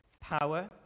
power